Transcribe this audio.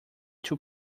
two